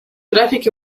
график